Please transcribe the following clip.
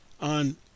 on